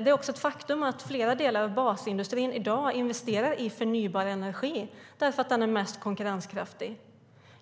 Det är också ett faktum att flera delar av basindustrin i dag investerar i förnybar energi eftersom den är mest konkurrenskraftig.